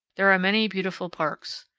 there are many beautiful parks.